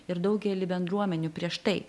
ir daugely bendruomenių prieš tai